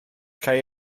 cau